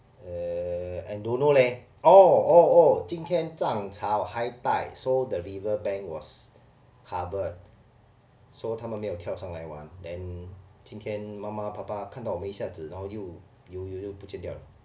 uh I don't know leh oh oh oh 今天涨潮 high tide so the river bank was covered so 他们没有跳上来玩 then 今天妈妈爸爸看到我们一下子然后又游游就不见掉 liao